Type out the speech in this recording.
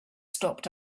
stopped